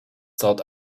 thought